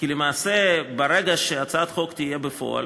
כי למעשה ברגע שהצעת החוק תהיה בפועל